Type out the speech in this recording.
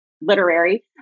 literary